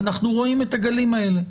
אנחנו רואים את הגלים האלה,